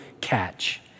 catch